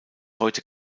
heute